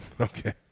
Okay